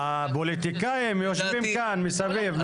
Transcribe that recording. הפוליטיקאים יושבים כאן מסביב,